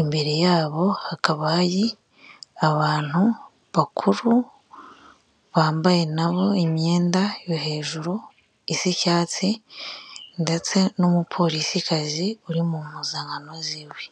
imbere yabo hakaba hari abantu bakuru bambaye na bo imyenda yo hejuru isa icyatsi ndetse n'umupolisikazi uri mu mpuzankano ziwe.